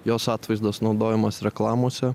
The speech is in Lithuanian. jos atvaizdas naudojamas reklamose